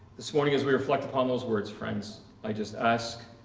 this morning as we reflect upon those words, friends, i just ask